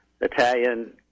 Italian